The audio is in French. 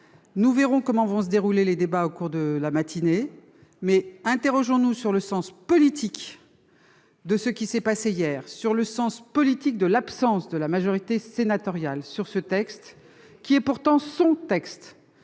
Nous verrons comment se dérouleront nos débats au cours de cette matinée. Interrogeons-nous du moins sur le sens politique de ce qui s'est passé hier, sur le sens politique de l'absence de la majorité sénatoriale sur ce texte, qui est pourtant son texte,